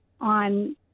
on